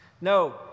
No